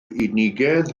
unigedd